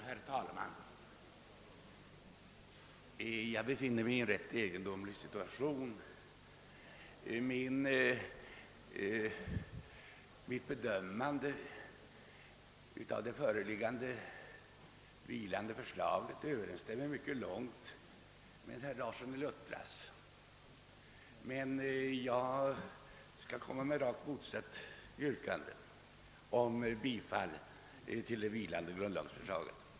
Herr talman! Jag befinner mig i en rätt egendomlig situation. Mitt bedömande av det föreliggande vilande förslaget överensstämmer mycket långt med den mening som herr Larsson i Luttra tillkännagav, men jag skall ställa rakt motsatt yrkande, nämligen om bifall till det vilande grundlagsförslaget.